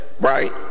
right